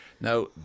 Now